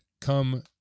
come